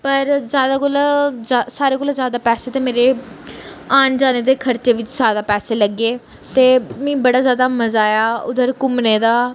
पर ज्यादा कोला सारे कोला ज्यादा पैसे ते मेरे आन जाने दे खर्चे बिच ज्यादा पैसे लग्गे ते मी बड़ा ज्यादा मज़ा आया उद्धर घूमने दा